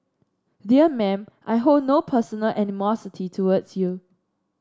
dear Mam I hold no personal animosity towards you